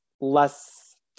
less